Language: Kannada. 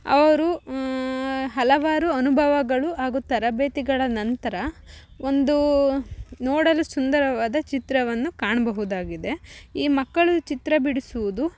ಅವರು ಹಲವಾರು ಅನುಭವಗಳು ಹಾಗು ತರಬೇತಿಗಳ ನಂತರ ಒಂದು ನೋಡಲು ಸುಂದರವಾದ ಚಿತ್ರವನ್ನು ಕಾಣಬಹುದಾಗಿದೆ ಈ ಮಕ್ಕಳು ಚಿತ್ರ ಬಿಡಿಸುವುದು